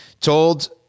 told